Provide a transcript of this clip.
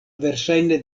verŝajne